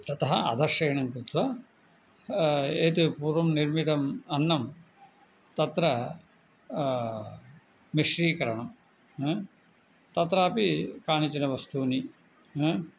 ततः अधश्रयणङ्कृत्वा एतेन पूर्वं निर्मितम् अन्नं तत्र मिश्रीकरणं ह्म् तत्रापि कानिचन वस्तूनि ह्म्